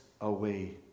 away